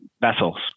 vessels